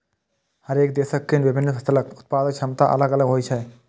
हरेक देशक के विभिन्न फसलक उत्पादन क्षमता अलग अलग होइ छै